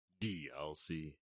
DLC